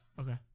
Okay